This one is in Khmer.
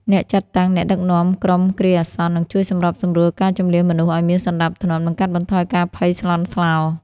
ការចាត់តាំង អ្នកដឹកនាំក្រុមគ្រាអាសន្ន នឹងជួយសម្របសម្រួលការជម្លៀសមនុស្សឱ្យមានសណ្ដាប់ធ្នាប់ និងកាត់បន្ថយការភ័យស្លន់ស្លោ។